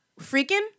Freaking